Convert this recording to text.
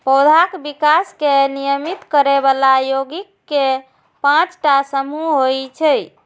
पौधाक विकास कें नियमित करै बला यौगिक के पांच टा समूह होइ छै